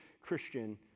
christian